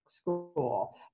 school